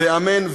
אמן,